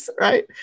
Right